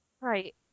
Right